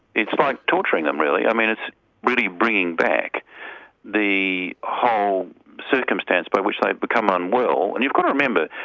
it's like torturing them really, um and it's really bringing back the whole circumstance by which they have become unwell. and you've got to remember,